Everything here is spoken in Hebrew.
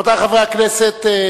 רבותי חברי הכנסת,